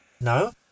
No